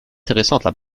intéressantes